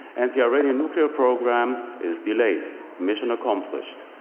and the iranian nuclear program is delayed mission accomplished.